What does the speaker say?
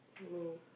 no